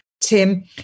Tim